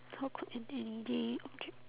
how could an everyday object